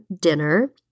dinner